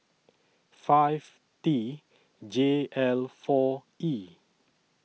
five T J L four E